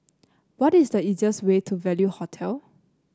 what is the easiest way to Value Hotel